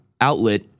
outlet